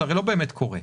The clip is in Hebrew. הרי זה לא באמת קורה.